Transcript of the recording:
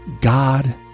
God